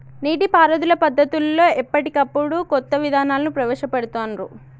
నీటి పారుదల పద్దతులలో ఎప్పటికప్పుడు కొత్త విధానాలను ప్రవేశ పెడుతాన్రు